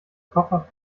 koffer